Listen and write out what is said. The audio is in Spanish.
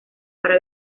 para